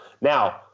Now